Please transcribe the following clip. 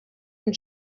and